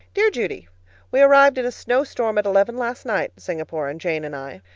dear judy we arrived in a snowstorm at eleven last night, singapore and jane and i.